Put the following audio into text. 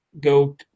go